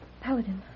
Paladin